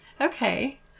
okay